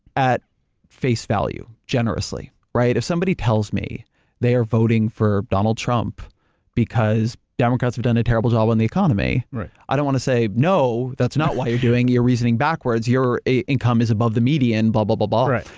at face value, generously, right? if somebody tells me they are voting for donald trump because democrats have done a terrible job on the economy. right. i don't want to say, no, that's not why you're doing, you're reasoning backwards, your income is above the median, but blah, blah, blah. right.